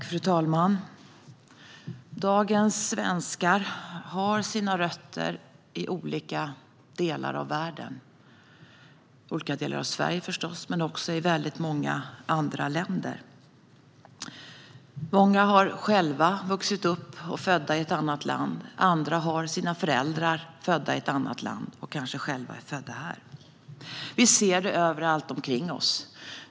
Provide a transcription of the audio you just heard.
Fru talman! Dagens svenskar har sina rötter i olika delar av världen, i olika delar av Sverige också förstås men även i många andra länder. Många är födda och uppvuxna i ett annat land, andra har föräldrar som är födda i ett annat land men är kanske själva födda här. Vi ser dem överallt omkring oss.